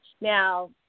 Now